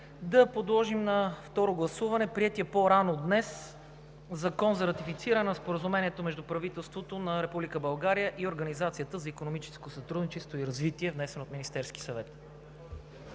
да подложим на второ гласуване приетия по-рано днес Закон за ратифициране на Споразумението между правителството на Република България и Организацията за икономическо сътрудничество и развитие, внесен от Министерския съвет.